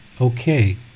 Okay